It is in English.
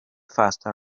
faster